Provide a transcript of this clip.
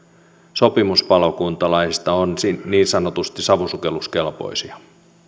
sopimuspalokuntalaisista on niin sanotusti savusukelluskelpoisia